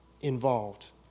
involved